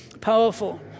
powerful